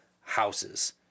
houses